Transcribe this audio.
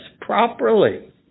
properly